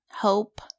hope